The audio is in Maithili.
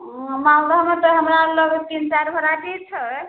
उँ मालदहमे तऽ हमरा लग तीन चारि भेराइटी छै